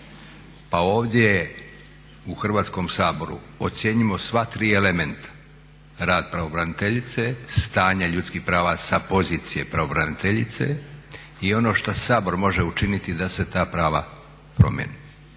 Pa ovdje u Hrvatskom saboru ocjenjujemo sva tri elementa: rad pravobraniteljice, stanje ljudskih prava sa pozicije pravobraniteljice i ono što Sabor može učiniti da se ta prava promijene.